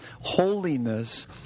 holiness